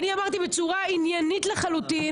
אני אמרתי בצורה עניינית לחלוטין